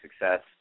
success